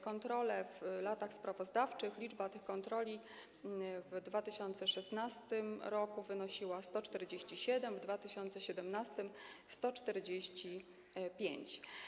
Kontrole w latach sprawozdawczych: liczba tych kontroli w 2016 r. wynosiła 147, w 2017 r. - 145.